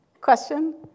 Question